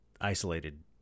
isolated